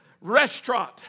restaurant